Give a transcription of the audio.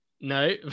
no